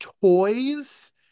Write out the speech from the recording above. toys